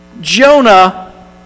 Jonah